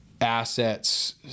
assets